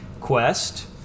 quest